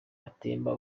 atemba